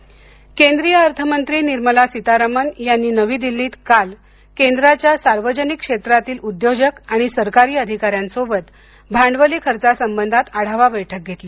निर्मला सीतारामन केंद्रीय अर्थमंत्री निर्मला सीतारामन यांनी नवी दिल्लीत काल केंद्राच्या सार्वजनिक क्षेत्रातील उद्योजक आणि सरकारी अधिकाऱ्यांसोबत भांडवली खर्चा संबंधात आढावा बैठक घेतली